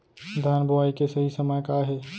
धान बोआई के सही समय का हे?